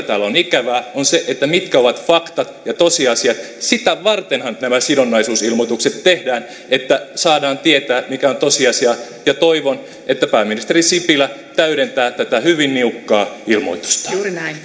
täällä on ikävää on se mitkä ovat faktat ja tosiasiat sitä vartenhan nämä sidonnaisuusilmoitukset tehdään että saadaan tietää mikä on tosiasia ja toivon että pääministeri sipilä täydentää tätä hyvin niukkaa ilmoitustaan